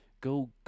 go